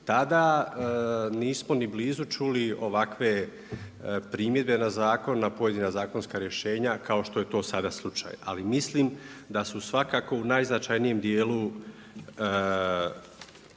Tada nismo ni blizu čuli ovakve primjedbe na zakon, na pojedina zakonska rješenja kao što je to sada slučaj. Ali mislim da su svakako u najznačajnijem dijelu